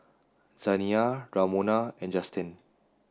Zaniyah Ramona and Justen